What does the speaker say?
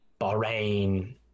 bahrain